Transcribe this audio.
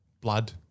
blood